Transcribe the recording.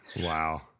wow